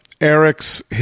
Eric's